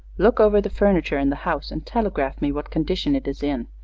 look over the furniture in the house and telegraph me what condition it is in.